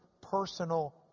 personal